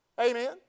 Amen